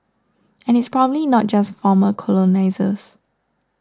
and it's probably not just former colonisers